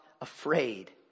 afraid